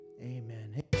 amen